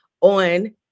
on